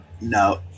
No